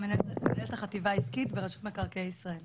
מנהלת החטיבה העסקית ברשות מקרקעי ישראל.